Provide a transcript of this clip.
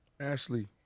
Ashley